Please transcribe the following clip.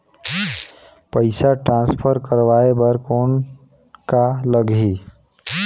पइसा ट्रांसफर करवाय बर कौन का लगही?